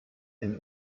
and